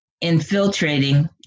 infiltrating